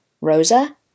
Rosa